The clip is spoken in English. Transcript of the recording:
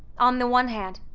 on the one hand,